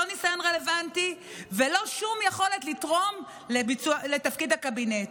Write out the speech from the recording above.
לא ניסיון רלוונטי ולא שום יכולת לתרום לתפקיד הקבינט.